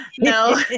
No